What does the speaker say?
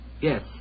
Yes